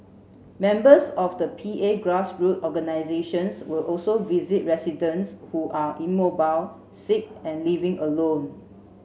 members of the P A grass root organisations will also visit residents who are immobile sick and living alone